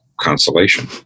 consolation